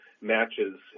matches